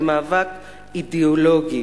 זה מאבק אידיאולוגי,